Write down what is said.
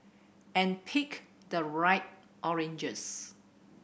and pick the right oranges